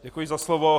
Děkuji za slovo.